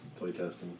playtesting